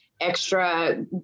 extra